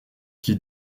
qui